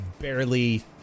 barely